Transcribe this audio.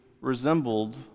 resembled